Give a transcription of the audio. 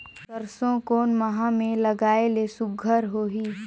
सरसो कोन माह मे लगाय ले सुघ्घर होही?